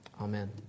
Amen